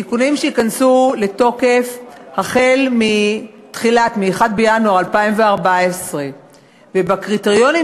תיקונים שייכנסו לתוקף ב-1 בינואר 2014. ובקריטריונים